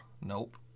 Nope